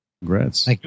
Congrats